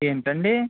ఏంటండి